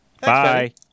Bye